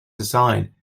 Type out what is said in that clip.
design